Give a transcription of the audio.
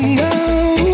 now